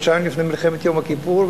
חודשיים לפני מלחמת יום כיפור,